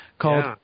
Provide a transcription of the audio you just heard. called